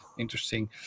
interesting